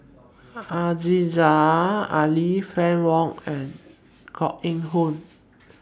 Aziza Ali Fann Wong and Koh Eng Hoon